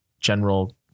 general